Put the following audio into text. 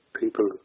people